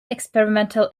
experimental